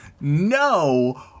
No